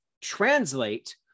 translate